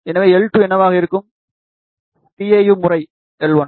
எனவே L2 என்னவாக இருக்கும் டிஎயு முறை L1